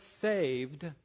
saved